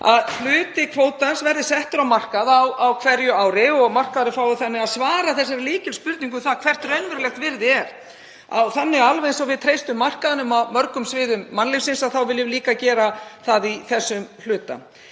að hluti kvótans verði settur á markað á hverju ári og markaðurinn fái þannig að svara lykilspurningunni um hvert raunverulegt virði er. Alveg eins og við treystum markaðnum á mörgum sviðum mannlífsins viljum við líka að gera það í þessum hluta.